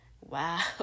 wow